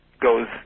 goes